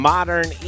Modern